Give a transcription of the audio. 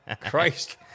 Christ